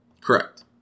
correct